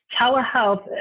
telehealth